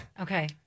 Okay